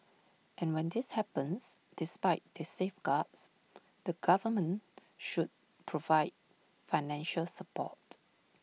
and when this happens despite the safeguards the government should provide financial support